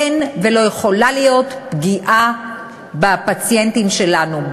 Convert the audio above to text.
שאין ולא יכולה להיות פגיעה בפציינטים שלנו,